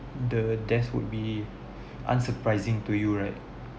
the death would be unsurprising to you right